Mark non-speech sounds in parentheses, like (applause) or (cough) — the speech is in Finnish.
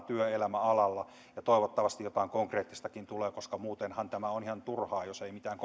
(unintelligible) työelämäalalla toivottavasti jotain konkreettistakin tulee koska muutenhan tämä on ihan turhaa jos ei mitään (unintelligible)